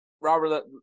Robert